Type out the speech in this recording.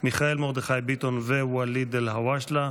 אני שמח שהגענו לרגע הנוכחי של העברת החוק בקריאה הראשונה,